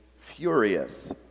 furious